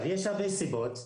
יש הרבה סיבות,